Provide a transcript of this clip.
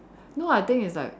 no I think it's like